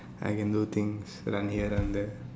I can do things run here run there